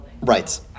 Right